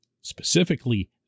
specifically